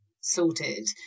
sorted